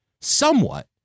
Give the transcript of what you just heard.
somewhat